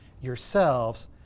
yourselves